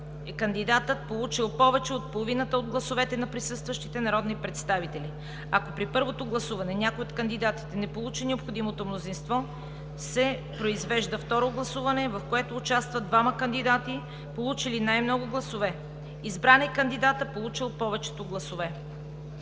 кандидатът, получил повече от половината от гласовете на присъстващите народни представители. Ако при първото гласуване някой от кандидатите не получи необходимото мнозинство, се произвежда второ гласуване, в което участват двама кандидати, получили най-много гласове. Избран е кандидатът, получил повечето гласове.“